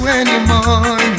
anymore